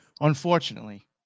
unfortunately